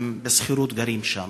בשכירות הם גרים שם,